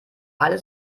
alle